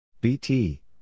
BT